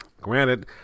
Granted